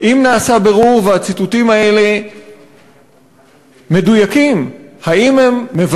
4. אם נעשה בירור והציטוטים האלה מדויקים,